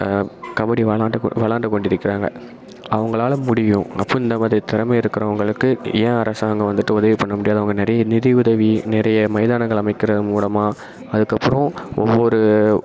கபடி விளாண்ட்டு விளாண்ட்டுக் கொண்டிருக்கிறாங்க அவங்களால முடியும் அப்போ இந்த மாதிரி திறமை இருக்கறவங்களுக்கு ஏன் அரசாங்கம் வந்துவிட்டு உதவிப் பண்ண முடியாது அவங்க நிறைய நிதி உதவி நிறைய மைதானங்கள் அமைக்கிற மூலமாக அதுக்கப்புறோம் ஒவ்வொரு